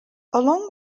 along